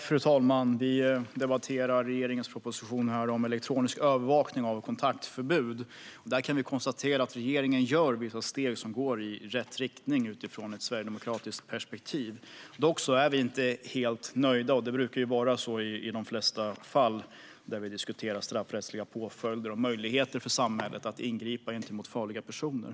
Fru talman! Vi ska debattera regeringens proposition om elektronisk övervakning av kontaktförbud. Där kan vi konstatera att regeringen tar vissa steg som går i rätt riktning utifrån ett sverigedemokratiskt perspektiv. Vi är dock inte helt nöjda, och det brukar vara så i de flesta fall då vi diskuterar straffrättsliga påföljder och möjligheter för samhället att ingripa mot farliga personer.